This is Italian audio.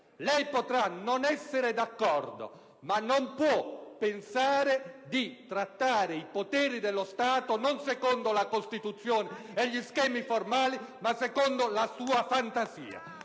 Lei potrà non essere d'accordo, ma non può pensare di trattare i poteri dello Stato non secondo la Costituzione e gli schemi formali, ma secondo la sua fantasia.